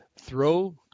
throw